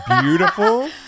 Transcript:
beautiful